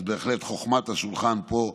אז בהחלט חוכמת השולחן פה עברה.